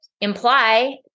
imply